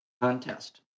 contest